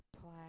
play